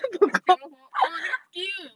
我们讲到什么 orh 那个 skills